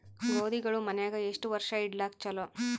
ಗೋಧಿಗಳು ಮನ್ಯಾಗ ಎಷ್ಟು ವರ್ಷ ಇಡಲಾಕ ಚಲೋ?